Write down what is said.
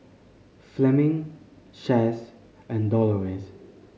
Fleming Chaz and Dolores